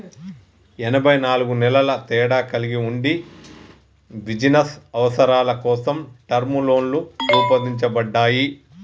ఎనబై నాలుగు నెలల తేడా కలిగి ఉండి బిజినస్ అవసరాల కోసం టర్మ్ లోన్లు రూపొందించబడ్డాయి